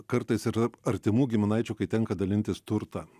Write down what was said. kartais ir artimų giminaičių kai tenka dalintis turtą